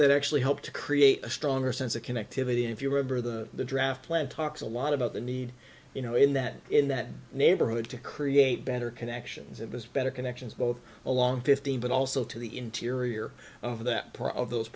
that actually help to create a stronger sense of connectivity if you remember the draft plan talks a lot about the need you know in that in that neighborhood to create better connections and has better connections both along fifteen but also to the interior of that part of those